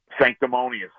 sanctimonious